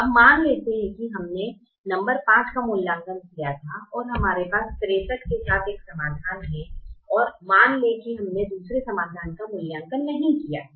अब मान लेते हैं कि हमने नंबर 5 का मूल्यांकन किया था और हमारे पास 63 के साथ एक समाधान है और मान लें कि हमने दूसरे समाधान का मूल्यांकन नहीं किया है